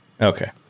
Okay